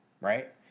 right